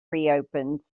reopens